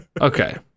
Okay